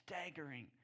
staggering